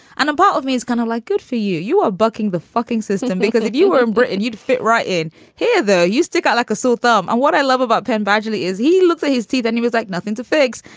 and a part of me is kind of like, good for you. you are bucking the fucking system because if you were in britain, you'd fit right in here, though, you stick out like a sore thumb. and what i love about penn badgley is he looks at his teeth and he was like, nothing to fix.